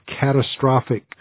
catastrophic